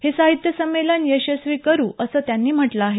हे साहित्य सम्मेलन यशस्वी करू असं त्यांनी म्हटलं आहे